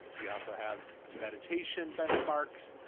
we also have meditation benchmarks.